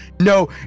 no